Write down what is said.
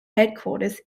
headquarters